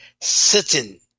sitting